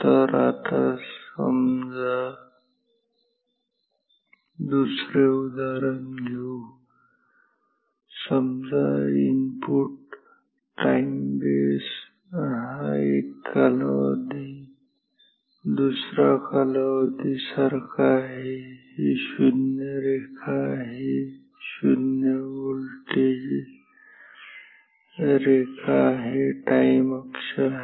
तर आता समजा दुसरे उदाहरण घेऊ समजा इनपुट टाइम बेस हा एक कालावधी दुसरा कालावधी सारखा आहे ठीक आहे हे 0 रेखा 0 व्होल्टेज रेखा टाइम अक्ष आहे